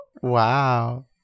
Wow